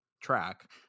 track